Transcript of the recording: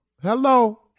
hello